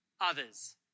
others